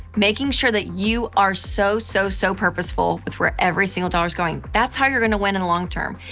making sure that you are so, so, so purposeful with where every single dollar is going. that's how you're gonna win in the long term.